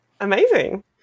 Amazing